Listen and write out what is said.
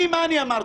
מה אמרתי?